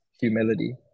humility